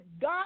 god